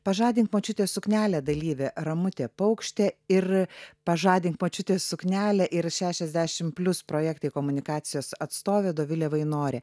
pažadink močiutės suknelę dalyvė ramutė paukštė ir pažadink močiutės suknelę ir šešiasdešim plius projektai komunikacijos atstovė dovilė vainorė